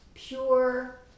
Pure